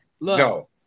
No